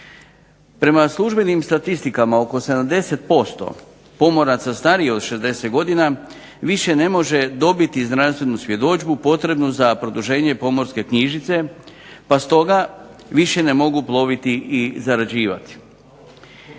Prema službenim statistikama oko 70% pomoraca starijih od 60 godina više ne može dobiti zdravstvenu svjedodžbu potrebu za produženje pomorske knjižice pa stoga više ne mogu ploviti i zarađivati.